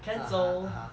cancel